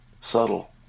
subtle